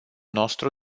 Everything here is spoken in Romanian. nostru